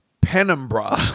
penumbra